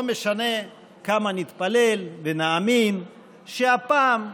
לא משנה כמה נתפלל ונאמין שהפעם,